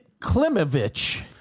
Klimovich